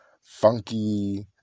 funky